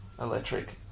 electric